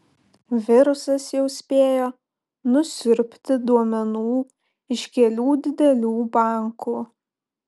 virusas jau spėjo nusiurbti duomenų iš kelių didelių bankų